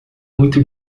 muito